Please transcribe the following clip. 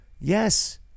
yes